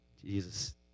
Jesus